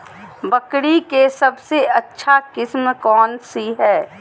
बकरी के सबसे अच्छा किस्म कौन सी है?